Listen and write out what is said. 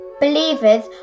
believers